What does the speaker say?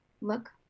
look